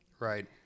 Right